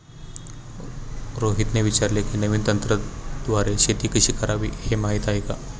रोहितने विचारले की, नवीन तंत्राद्वारे शेती कशी करावी, हे माहीत आहे का?